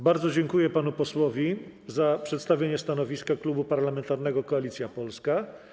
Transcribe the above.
Bardzo dziękuję panu posłowi za przedstawienie stanowiska Klubu Parlamentarnego Koalicja Polska.